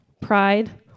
pride